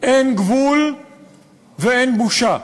אין גבול ואין בושה.